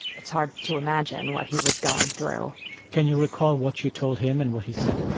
it's hard to imagine what he was going through can you recall what you told him and what he said?